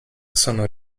sono